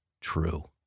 true